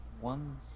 one